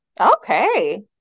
Okay